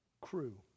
crew